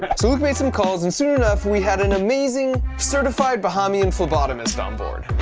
so luke made some calls and soon enough we had an amazing certified bhajami and phlebotomist on board